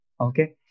Okay